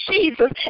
Jesus